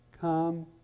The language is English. come